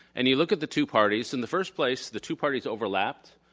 and you look at the two parties. in the first place, the two parties overlapped